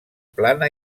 plana